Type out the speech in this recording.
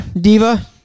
Diva